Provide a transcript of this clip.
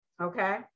Okay